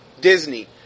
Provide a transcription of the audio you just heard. Disney